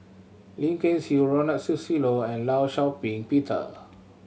Lim Kay Siu Ronald Susilo and Law Shau Ping Peter